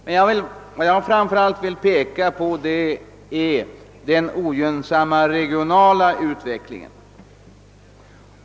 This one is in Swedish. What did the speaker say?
Men vad jag framför allt vill peka på är den ogynnsamma regionala utvecklingen.